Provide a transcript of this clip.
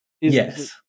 yes